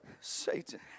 Satan